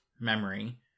memory